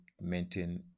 maintain